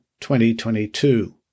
2022